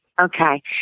Okay